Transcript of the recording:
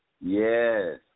Yes